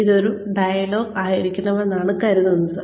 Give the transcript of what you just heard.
അതൊരു ഡയലോഗ് ആയിരിക്കണമെന്നാണ് കരുതുന്നത്